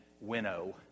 winnow